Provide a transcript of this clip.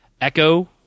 Echo